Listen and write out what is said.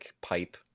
pipe